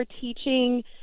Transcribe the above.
teaching